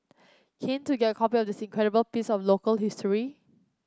keen to get a copy of this incredible piece of local history